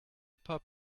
pub